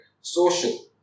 social